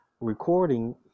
recording